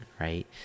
right